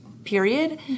period